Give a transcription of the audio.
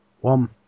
one